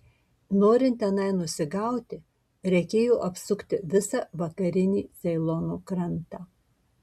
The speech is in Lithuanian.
norint tenai nusigauti reikėjo apsukti visą vakarinį ceilono krantą